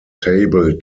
table